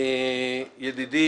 ידידי,